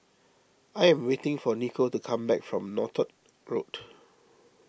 I am waiting for Nico to come back from Northolt Road